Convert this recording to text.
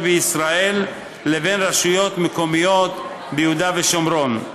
בישראל ובין רשויות מקומיות ביהודה ושומרון.